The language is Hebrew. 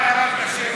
מה אירע בשטח?